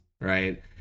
right